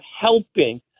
helping